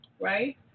right